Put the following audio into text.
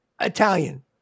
Italian